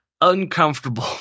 uncomfortable